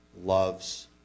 loves